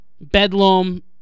Bedlam